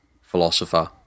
philosopher